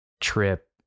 trip